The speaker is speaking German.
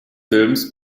films